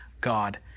God